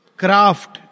craft